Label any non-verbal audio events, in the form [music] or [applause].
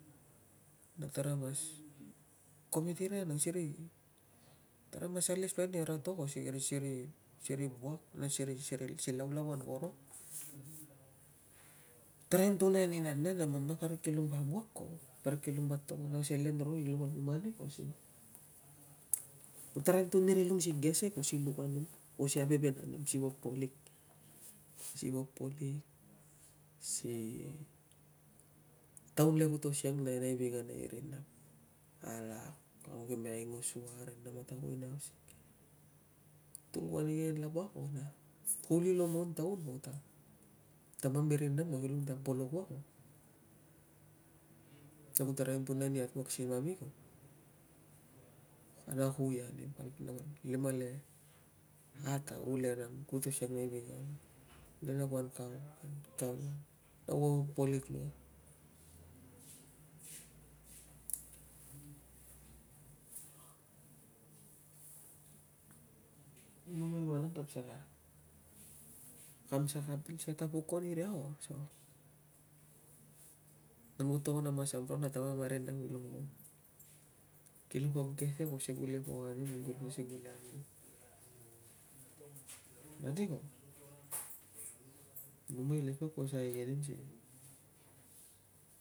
Na tara mas komit ira si ri- tara mas alis nira si ri wuak na si laulauan ko ro. Tun gule ni ri papa na nana parik kilong pa wuak ko, parik kilong pa togon selen ro i luk ani mani. Ku taraim tun ani rilong si gese si luk anim o si aiveven anim si popo lik. Si taun ke ku to siang nei vingana i ri nam alak au kime ingus ua ri nam koto kui nei ausik tung kume igenen lava ko na kuo li lomontaun ta tamam ve rinam kilong ta apolok ua. Na ku taraim tun ani at wuak si mami na kui ania limaleiat a ulen ang kuta serei ve nia le na kan kau ua, na kuo popo lik [noise] numai vanang kam saka kam saka bil ta ku ko iria o asukang ta ku ko iria. Man kuo togon a masam ro ta tamam na rinam kilong po- kilong po gese ko si gule pok anim na sikul anim. Mani ko numai ilesvauk ku saka igenen.